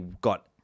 got